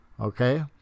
okay